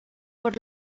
por